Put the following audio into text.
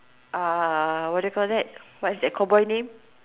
uh what do you call that what's that cowboy name